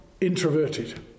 introverted